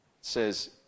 says